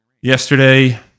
Yesterday